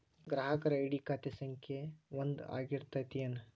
ಗ್ರಾಹಕರ ಐ.ಡಿ ಖಾತೆ ಸಂಖ್ಯೆ ಒಂದ ಆಗಿರ್ತತಿ ಏನ